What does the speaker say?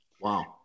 Wow